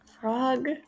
Frog